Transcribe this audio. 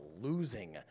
losing